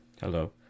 hello